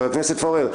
חבר הכנסת פורר,